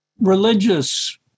religious